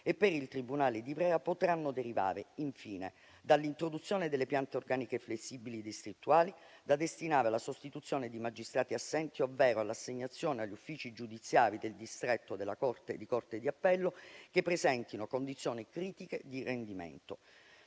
e per il tribunale di Ivrea, potranno derivare, infine, dall'introduzione delle piante organiche flessibili distrettuali, da destinare alla sostituzione di magistrati assenti, ovvero all'assegnazione agli uffici giudiziari del distretto di corte di appello che presentino condizioni critiche di rendimento.